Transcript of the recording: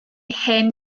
hen